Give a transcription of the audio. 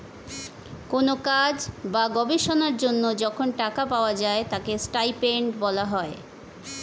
কোন কাজ বা গবেষণার জন্য যখন টাকা পাওয়া যায় তাকে স্টাইপেন্ড বলা হয়